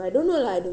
it's okay